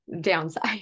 downside